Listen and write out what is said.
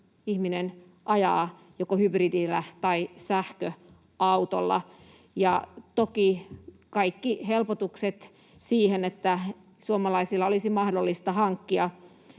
useampi ihminen ajaa joko hybridillä tai sähköautolla. Toki kaikki helpotukset siihen, että suomalaisten olisi mahdollista hankkia